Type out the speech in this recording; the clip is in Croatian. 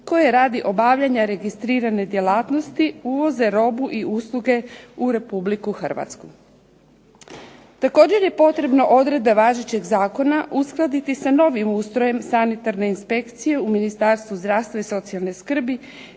koje radi obavljanja registrirane djelatnosti uvoze robu i usluge u Republiku Hrvatsku. Također je potrebno odredbe važećeg zakona uskladiti sa novim ustrojem sanitarne inspekcije u Ministarstvu zdravstva i socijalne skrbi